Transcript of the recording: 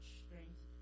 strength